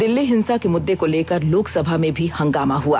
दिल्ली हिंसा के मुद्दे को लेकर लोकसभा में भी हंगामा हुआ